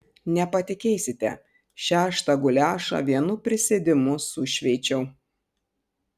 nepatikėsite šeštą guliašą vienu prisėdimu sušveičiau